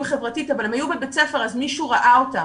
חברתית אבל הם היו בבית ספר אז מישהו ראה אותם.